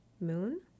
moon